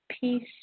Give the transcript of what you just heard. peace